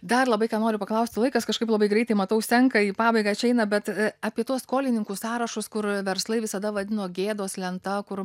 dar labai ką noriu paklausti laikas kažkaip labai greitai matau slenka į pabaigą čia eina bet apie tuos skolininkų sąrašus kur verslai visada vadino gėdos lenta kur